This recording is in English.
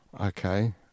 Okay